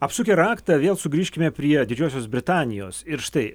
apsukę raktą vėl sugrįžkime prie didžiosios britanijos ir štai